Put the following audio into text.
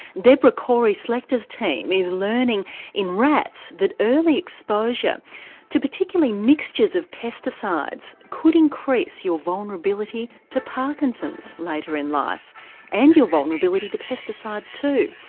deborah cory-slechta's team is learning in rats that early exposure to particularly mixtures of pesticides could increase your vulnerability to parkinson's later in life and your vulnerability to pesticides too.